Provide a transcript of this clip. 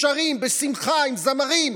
שרים בשמחה עם זמרים,